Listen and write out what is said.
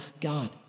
God